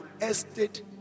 estate